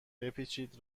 بپیچید